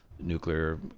nuclear